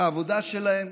על העבודה שלהם,